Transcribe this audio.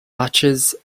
archers